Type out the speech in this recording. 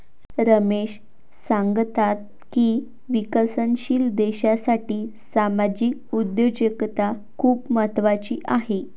रमेश सांगतात की विकसनशील देशासाठी सामाजिक उद्योजकता खूप महत्त्वाची आहे